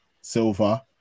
Silver